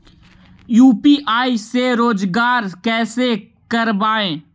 UPI से रोजगार कैसे करबय?